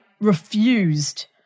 refused